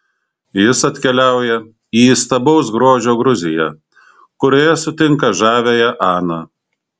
jis atkeliauja į įstabaus grožio gruziją kurioje sutinka žaviąją aną